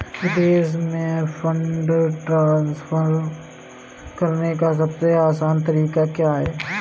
विदेश में fund transfer करने का सबसे आसान तरीका क्या है?